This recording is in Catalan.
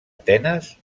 atenes